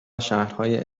شهرهای